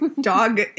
Dog